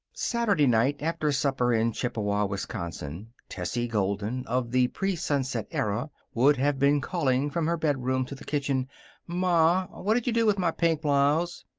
saturday night, after supper in chippewa, wisconsin, tessie golden of the presunset era would have been calling from her bedroom to the kitchen ma, what'd you do with my pink blouse?